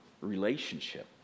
relationship